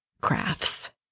crafts